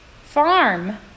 farm